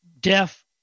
deaf